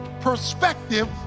perspective